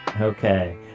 Okay